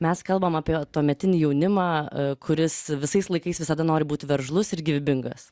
mes kalbam apie tuometinį jaunimą kuris visais laikais visada nori būt veržlus ir gyvybingas